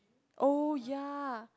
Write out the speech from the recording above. oh ya